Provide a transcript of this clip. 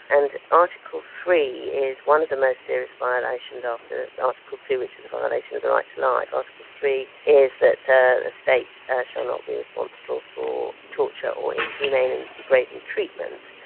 and article three is one of the most serious violations after article two which is the violation of the right to life. article three is that the state shall not be responsible for torture or inhumane and degrading treatment,